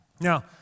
Now